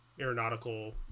aeronautical